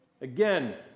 Again